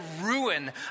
ruin